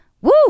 Woo